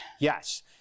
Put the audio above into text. Yes